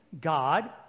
god